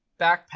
backpack